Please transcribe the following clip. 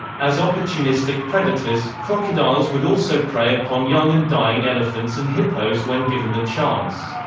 as opportunistic predators, crocodiles would also prey upon young and dying elephants and hippos when given the chance.